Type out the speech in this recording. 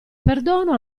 perdono